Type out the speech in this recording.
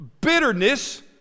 Bitterness